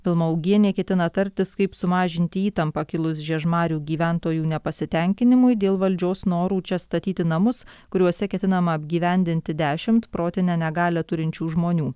vilma augienė ketina tartis kaip sumažinti įtampą kilus žiežmarių gyventojų nepasitenkinimui dėl valdžios norų čia statyti namus kuriuose ketinama apgyvendinti dešimt protinę negalią turinčių žmonių